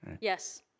Yes